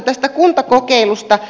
tästä kuntakokeilusta